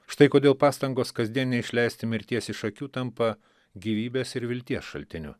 štai kodėl pastangos kasdien neišleisti mirties iš akių tampa gyvybės ir vilties šaltiniu